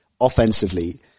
offensively